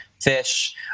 fish